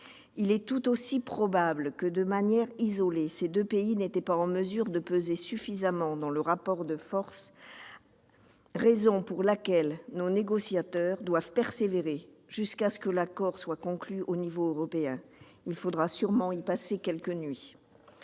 Il est tout aussi probable que ces deux pays, isolés, n'étaient pas en mesure de peser suffisamment dans le rapport de force. C'est la raison pour laquelle nos négociateurs doivent persévérer jusqu'à ce que l'accord soit conclu au niveau européen. Il faudra sans doute y passer quelques nuits !